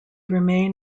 remain